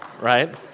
right